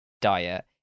diet